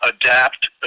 adapt